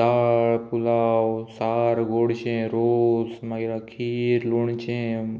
दाळ पुलाव सार गोडशें रोस मागीर खीर लोणचें